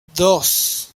dos